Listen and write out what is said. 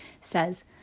says